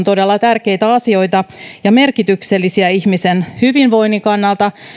todella tärkeitä asioita ja merkityksellisiä ihmisen hyvinvoinnin kannalta